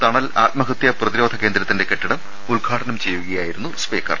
തണൽ ആത്മഹത്യ പ്രതിരോധ കേന്ദ്രത്തിന്റെ കെട്ടിടം ഉദ്ഘാടനം ചെയ്യുകയായി രുന്നു സ്പീക്കർ